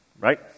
right